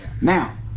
Now